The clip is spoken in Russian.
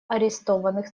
арестованных